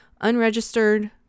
unregistered